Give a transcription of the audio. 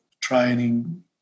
training